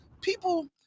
People